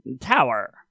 tower